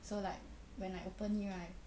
so like when I open it right